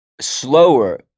slower